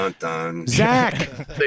Zach